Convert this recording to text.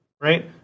Right